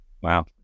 wow